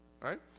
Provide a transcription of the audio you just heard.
right